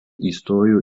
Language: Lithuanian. įstojo